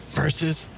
versus